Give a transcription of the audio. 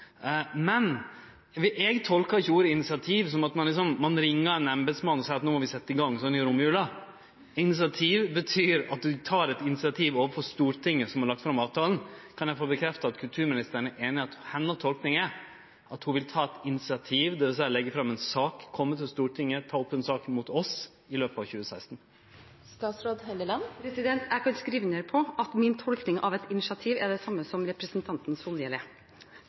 at ein ringer ein embetsmann og seier at no må ein setje i gang sånn i romjula. Initiativ betyr at ein tek eit initiativ overfor Stortinget, som har lagt fram avtalen. Kan eg få bekrefta at kulturministeren er einig i at hennar tolking er at ho vil ta eit initiativ, dvs. leggje fram ei sak, kome til Stortinget og ta opp saka med oss i løpet av 2016? Jeg kan skrive under på at min tolkning av et initiativ er den samme som